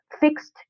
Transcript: fixed